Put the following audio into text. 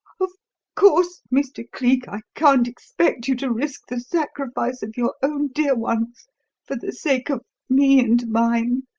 of course, mr. cleek, i can't expect you to risk the sacrifice of your own dear ones for the sake of me and mine,